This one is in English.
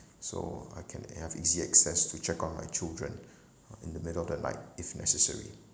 so I can have easy access to check on my children in the middle of the night if necessary